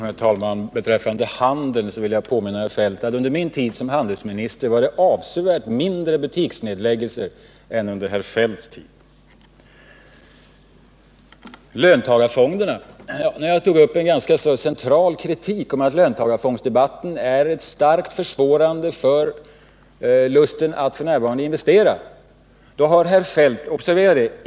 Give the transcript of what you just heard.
Herr talman! Beträffande handeln vill jag påminna herr Feldt om att det under min tid som handelsminister var avsevärt färre butiksnedläggningar än under herr Feldts tid. När jag tog upp en central kritik mot att löntagarfondsdebatten starkt försvårat människors lust att investera f. n., har herr Feldt — observera det!